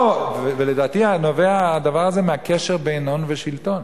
ולדעתי הדבר הזה נובע מהקשר בין הון לשלטון.